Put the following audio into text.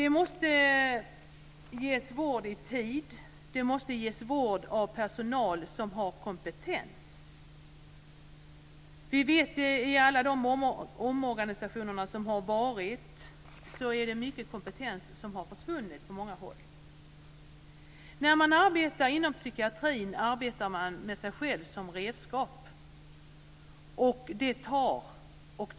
Vård måste ges i tid, av personal som har kompetens. Mycken kompetens har försvunnit i de omorganisationer som har gjorts på många håll. När man är verksam inom psykiatrin arbetar man med sig själv som redskap, och det frestar på.